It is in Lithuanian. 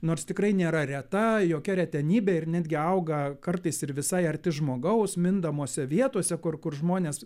nors tikrai nėra reta jokia retenybė ir netgi auga kartais ir visai arti žmogaus mindomose vietose kur kur žmonės